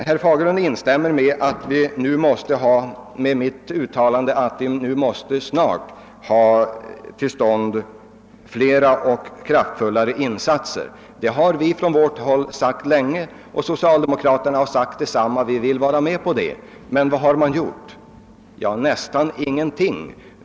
Herr Fagerlund instämmer i mitt uttalande att vi snart måste få till stånd flera och kraftfullare insatser. Det har vi från vårt håll länge sagt, och socialdemokraterna har sagt detsamma varje gång och förklarat att de vill vara med. Men vad har man gjort? Ja, nästan ingenting.